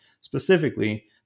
Specifically